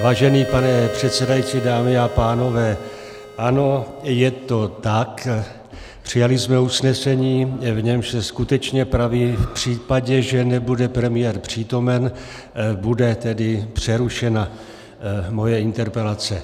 Vážený pane předsedající, dámy a pánové, ano, je to tak, přijali jsme usnesení, v němž se skutečně praví, že v případě, že nebude premiér přítomen, bude přerušena moje interpelace.